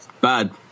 bad